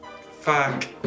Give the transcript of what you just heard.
Fuck